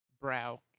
Brow